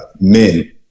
men